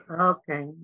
okay